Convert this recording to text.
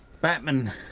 Batman